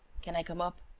can i come up?